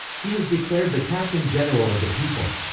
he was declared the captain general of the people.